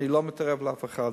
אני לא מתערב לאף אחד.